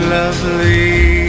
lovely